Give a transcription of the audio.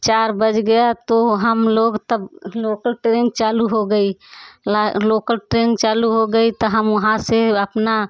चार बज गया तो हम लोग तब लोकल ट्रेन चालू हो गई लोकल ट्रेन चालू हो गई तो हम वहाँ से अपना